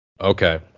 Okay